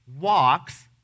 walks